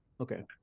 Okay